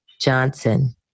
Johnson